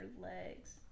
legs